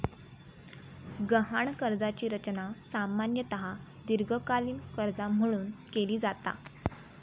गहाण कर्जाची रचना सामान्यतः दीर्घकालीन कर्जा म्हणून केली जाता